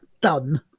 done